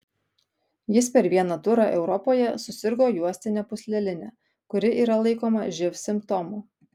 jis per vieną turą europoje susirgo juostine pūsleline kuri yra laikoma živ simptomu